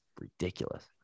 ridiculous